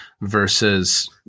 versus